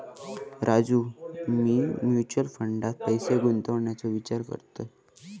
राजू, मी म्युचल फंडात पैसे गुंतवूचो विचार करतय